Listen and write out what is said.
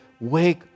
wake